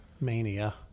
mania